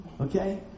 okay